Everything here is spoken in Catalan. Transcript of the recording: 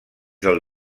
del